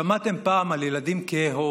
שמעתם פעם על ילדים כהי עור